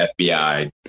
FBI